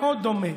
מאוד דומה.